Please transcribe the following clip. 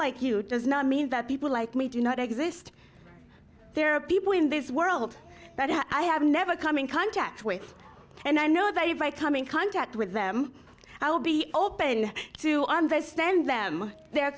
like you does not mean that people like me do not exist there are people in this world that i have never come in contact with and i know that if i come in contact with them i'll be open to understand them their